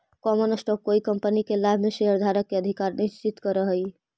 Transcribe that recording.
common stock कोई कंपनी के लाभ में शेयरधारक के अधिकार सुनिश्चित करऽ हई